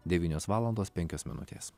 devynios valandos penkios minutės